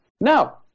Now